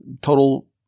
total